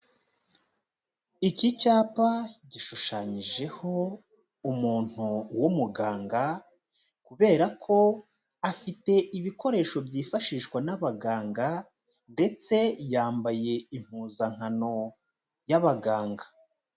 Iki cyapa gishushanyijeho umuntu w'umuganga kubera ko afite ibikoresho byifashishwa n'abaganga ndetse yambaye impuzankano y'abaganga.